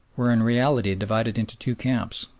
were in reality divided into two camps,